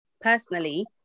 Personally